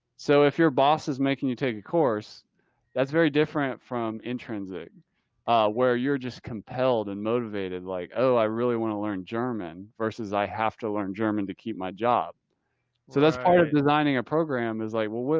so if your boss is making you take a course that's very different from intrinsic, chris badgett ah where you're just compelled and motivated, like, oh, i really want to learn german versus i have to learn german to keep my job so that's part of designing a program is like, well, what,